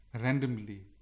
randomly